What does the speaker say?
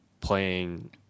playing